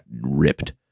ripped